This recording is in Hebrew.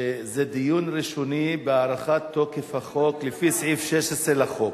שזה דיון ראשוני בהארכת תוקף החוק לפי סעיף 16 לחוק.